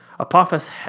Apophis